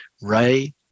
Ray